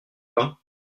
pain